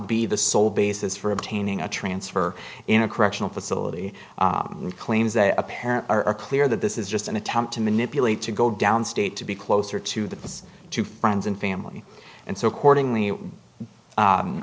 be the sole basis for obtaining a transfer in a correctional facility in claims that a parent are clear that this is just an attempt to manipulate to go down state to be closer to the two friends and family and so according